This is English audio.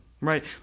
right